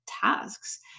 tasks